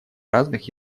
разных